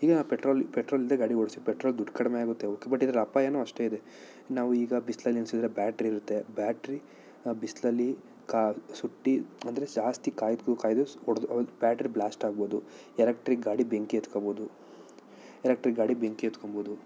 ಈಗ ಪೆಟ್ರೋಲ್ ಪೆಟ್ರೊಲಿಲ್ಲದೇ ಗಾಡಿ ಓಡಿಸಿ ಪೆಟ್ರೋಲ್ ದುಡ್ಡು ಕಡಿಮೆ ಆಗುತ್ತೆ ಓಕೆ ಬಟ್ ಇದರಿಂದ ಅಪಾಯವೂ ಅಷ್ಟೇ ಇದೆ ನಾವು ಈಗ ಬಿಸಿಲಲ್ಲಿ ನಿಲ್ಸಿದ್ರೆ ಬ್ಯಾಟ್ರಿ ಇರುತ್ತೆ ಬ್ಯಾಟ್ರಿ ಬಿಸಿಲಲ್ಲಿ ಕಾ ಸುಟ್ಟು ಅಂದರೆ ಜಾಸ್ತಿ ಕಾಯ್ದು ಕಾಯ್ದು ಒಡೆದು ಹೊ ಬ್ಯಾಟ್ರಿ ಬ್ಲಾಸ್ಟ್ ಆಗಬೋದು ಎಲೆಕ್ಟ್ರಿಕ್ ಗಾಡಿ ಬೆಂಕಿ ಹತ್ಕೊಬೋದು ಎಲೆಕ್ಟ್ರಿಕ್ ಗಾಡಿ ಬೆಂಕಿ ಹತ್ಕೊಳ್ಬೋದು